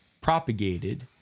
propagated